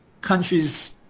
countries